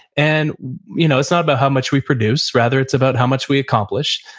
and you know it's not about how much we produce. rather, it's about how much we accomplish.